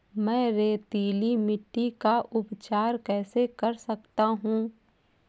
मैं रेतीली मिट्टी का उपचार कैसे कर सकता हूँ?